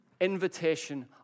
invitation